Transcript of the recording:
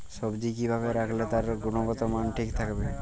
সবজি কি ভাবে রাখলে তার গুনগতমান ঠিক থাকবে?